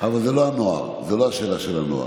אבל זה לא הנוער, זו לא השאלה של הנוער.